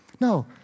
No